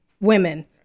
women